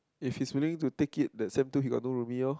if he's willing to take it that sem two he got no roomie lor